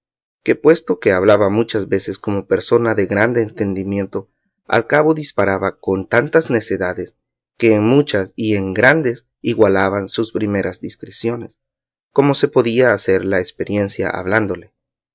que puesto que hablaba muchas veces como persona de grande entendimiento al cabo disparaba con tantas necedades que en muchas y en grandes igualaban a sus primeras discreciones como se podía hacer la esperiencia hablándole